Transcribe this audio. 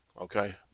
okay